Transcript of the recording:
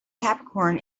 capricorn